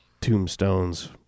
tombstones